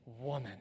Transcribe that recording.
Woman